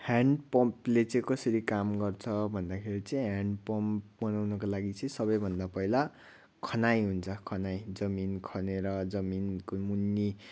hand पम्पले चाहिँ कसरी काम गर्छ भन्दाखेरि चाहिँ ह्यान्ड पम्प बनाउनको लागि चाहिँ सबैभन्दा पहिला खनाइ हुन्छ खनाइ जमिन खनेर जमिनको मुनि